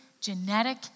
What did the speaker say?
genetic